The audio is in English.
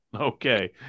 Okay